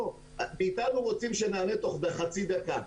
מאיתנו רוצים שנענה תוך חצי דקה